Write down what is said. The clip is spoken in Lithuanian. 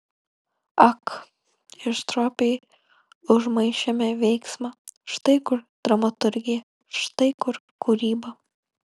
ak ir stropiai užmaišėme veiksmą štai kur dramaturgija štai kur kūryba